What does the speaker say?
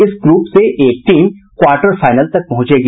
इस ग्रुप से एक टीम क्वार्टर फाइनल तक पहुंचेगी